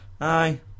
Aye